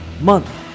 month